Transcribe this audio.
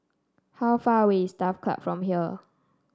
how far away is Turf Ciub from here